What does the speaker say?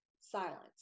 silence